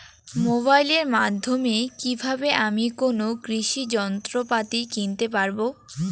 মোবাইলের মাধ্যমে কীভাবে আমি কোনো কৃষি যন্ত্রপাতি কিনতে পারবো?